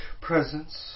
presence